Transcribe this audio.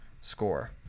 Score